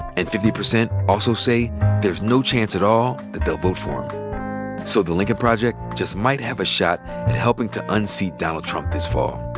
and fifty percent also say there's no chance at all that they'll vote for so the lincoln project just might have a shot at and helping to unseat donald trump this fall.